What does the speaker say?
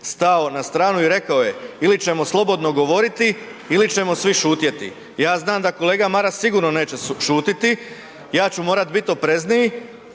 stao na stranu i rekao je ili ćemo slobodno govoriti ili ćemo svi šutjeti. Ja znam da kolega Maras sigurno neće šutjeti, ja ću morati biti oprezniji